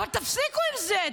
אבל תפסיקו עם זה.